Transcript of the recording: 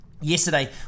Yesterday